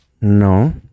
no